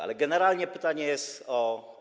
Ale generalnie pytanie jest o.